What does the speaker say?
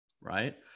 right